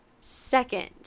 Second